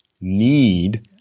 need